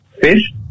fish